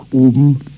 Oben